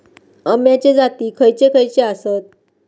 अम्याचे जाती खयचे खयचे आसत?